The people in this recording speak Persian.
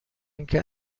اینکه